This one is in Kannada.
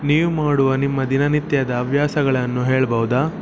ನೀವು ಮಾಡುವ ನಿಮ್ಮ ದಿನನಿತ್ಯದ ಹವ್ಯಾಸಗಳನ್ನು ಹೇಳ್ಬೌದಾ